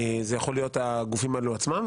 אלו יכולים להיות הגופים האלה עצמם,